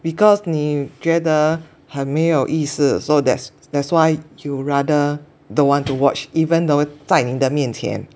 because 你觉得很没有意思 so that's that's why you rather don't want to watch even though 在你的面前